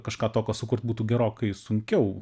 kažką tokio sukurt būtų gerokai sunkiau